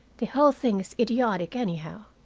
the whole thing is idiotic, anyhow.